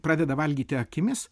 pradeda valgyti akimis